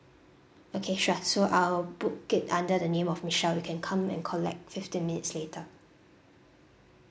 okay sure so I will book it under the name of michelle you can come and collect fifteen minutes later